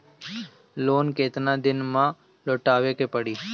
Loan केतना दिन में लौटावे के पड़ी?